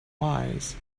wise